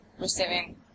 receiving